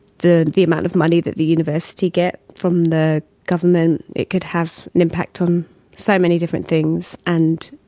the the amount of money that the university gets from the government, it could have an impact on so many different things. and,